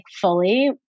fully